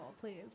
please